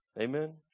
Amen